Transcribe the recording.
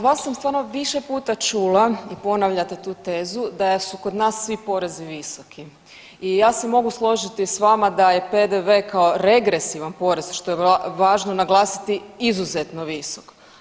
Ma od vas sam stvarno više puta čula i ponavljate tu tezu da su kod nas svi porezi visoki i ja se mogu složiti s vama da je PDV kao regresivan porez, što je važno naglasiti izuzetno visok.